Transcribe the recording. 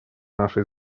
нашей